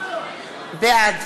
בעד